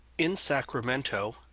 in sacramento